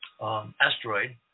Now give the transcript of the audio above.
asteroid